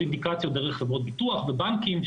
אינדיקציות דרך חברות ביטוח ובנקים.